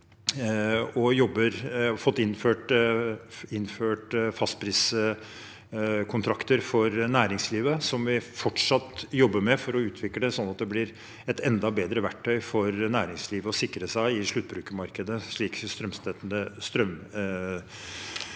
Vi har også fått innført fastpriskontrakter for næringslivet, som vi fortsatt jobber med for å utvikle, slik at det blir et enda bedre verktøy for næringslivet å sikre seg i sluttbrukermarkedet, slik strømprisutvalget så på.